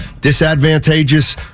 disadvantageous